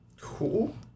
Cool